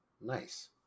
nice